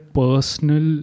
personal